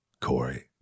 Corey